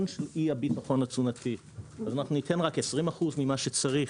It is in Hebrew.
של אי הביטחון התזונתי אז אנחנו ניתן רק 20 אחוז ממה שצריך,